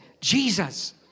Jesus